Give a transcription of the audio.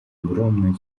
огромное